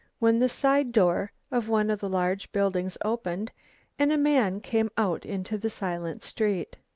when the side door of one of the large buildings opened and a man came out into the silent street.